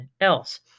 else